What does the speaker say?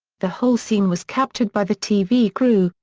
the whole scene was captured by the tv crew,